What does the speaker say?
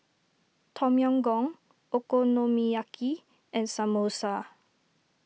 Tom Yam Goong Okonomiyaki and Samosa